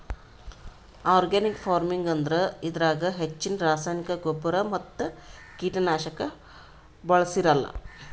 organic farming ಅಂದ್ರ ಇದ್ರಾಗ್ ಹೆಚ್ಚಿನ್ ರಾಸಾಯನಿಕ್ ಗೊಬ್ಬರ್ ಮತ್ತ್ ಕೀಟನಾಶಕ್ ಬಳ್ಸಿರಲ್ಲಾ